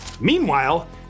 Meanwhile